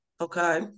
okay